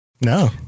No